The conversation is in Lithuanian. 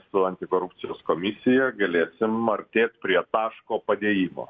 su antikorupcijos komisija galėsim artėt prie taško padėjimo